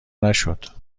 نشد